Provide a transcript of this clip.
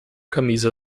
camisa